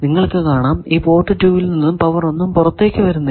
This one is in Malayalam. നിങ്ങൾക്കു കാണാം ഈ പോർട്ട് 2 ൽ നിന്നും പവർ ഒന്നും പുറത്തു വരുന്നില്ല